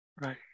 Right